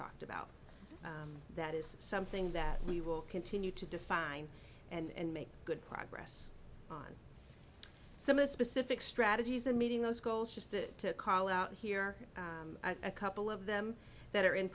talked about that is something that we will continue to define and make good progress on some of the specific strategies in meeting those goals just to call out here a couple of them that are in